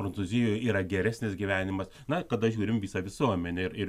prancūzijoj yra geresnis gyvenimas na kada žiūrim visą visuomenę ir ir